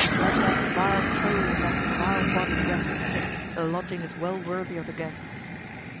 let that vile soul in that vile body rest the lodging is well worthy of the guest.